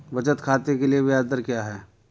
बचत खाते के लिए ब्याज दर क्या है?